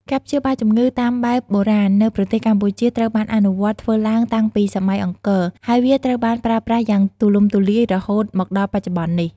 ការព្យាបាលជំងឺតាមបែបបុរាណនៅប្រទេសកម្ពុជាត្រូវបានអនុវត្តធ្វើឡើងតាំងពីសម័យអង្គរ ហើយវាត្រូវបានប្រើប្រាស់យ៉ាងទូលំទូលាយរហូតមកដល់បច្ចុប្បន្ននេះ។